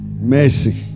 mercy